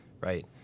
right